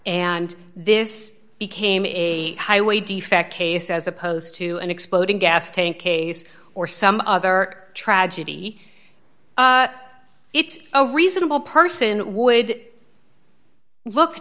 and this became a highway defect case as opposed to an exploding gas tank case or some other tragedy it's a reasonable person would look